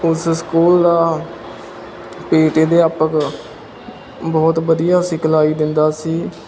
ਉਸ ਸਕੂਲ ਦਾ P T ਅਧਿਆਪਕ ਬਹੁਤ ਵਧੀਆ ਸਿਖਲਾਈ ਦਿੰਦਾ ਸੀ